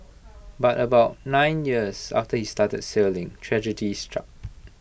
but about nine years after he started sailing tragedy struck